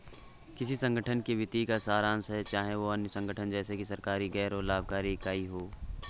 किसी संगठन के वित्तीय का सारांश है चाहे वह अन्य संगठन जैसे कि सरकारी गैर लाभकारी इकाई हो